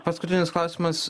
paskutinis klausimas